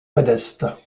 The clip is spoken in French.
modeste